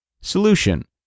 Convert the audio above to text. Solution